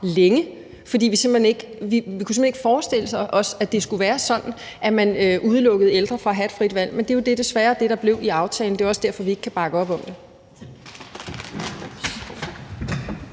længe, fordi vi simpelt hen ikke kunne forestille os, at det skulle være sådan, at man udelukkede ældre fra at have et frit valg, men det er jo desværre sådan, det blev med aftalen. Det er også derfor, vi ikke kan bakke op om den.